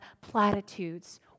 platitudes